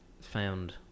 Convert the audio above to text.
found